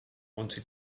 wanted